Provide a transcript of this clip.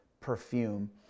perfume